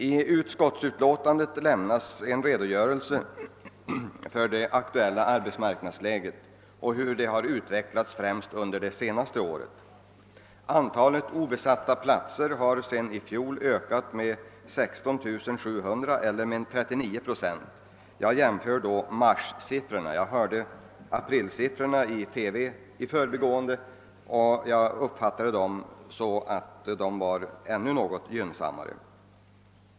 I utskottets förevarande utlåtande lämnas en redogörelse för det aktuella arbetsmarknadsläget och hur det främst under det senaste året har utvecklats. Antalet obesatta platser har sedan i fjol ökat med 16 700 eller med 39 procent. Jag jämför då marssiffrorna. Jag hörde i förbigående aprilsiffrorna nämnas i TV häromsistens och uppfattade dem som ännu något gynnsammare.